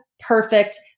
perfect